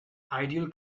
ideal